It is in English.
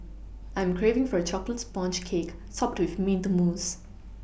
I am craving for a chocolate sponge cake topped with mint mousse